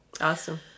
Awesome